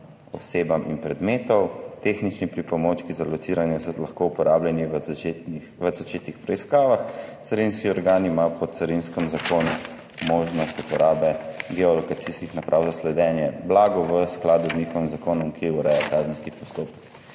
osebam in predmetom. Tehnični pripomočki za lociranje so lahko uporabljeni v začetnih preiskavah, carinski organ ima po carinskem zakonu možnost uporabe geolokacijskih naprav za sledenje blagu, v skladu z njihovim zakonom, ki ureja kazenski postopek.